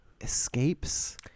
escapes